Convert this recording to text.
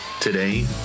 Today